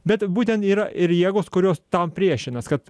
bet būtent yra ir jėgos kurios tam priešinas kad